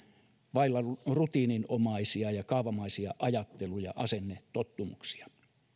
vailla rutiininomaisia ja kaavamaisia ajattelu ja asennetottumuksia